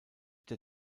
der